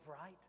right